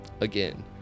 again